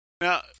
Now